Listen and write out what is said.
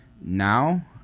now